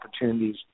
opportunities